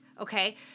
Okay